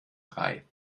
drei